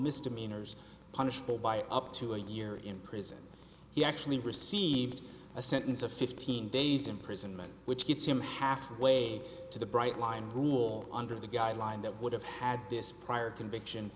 misdemeanors punishable by up to a year in prison he actually received a sentence of fifteen days imprisonment which gets him halfway to the bright line rule under the guideline that would have had this prior conviction